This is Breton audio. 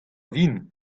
vihan